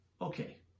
okay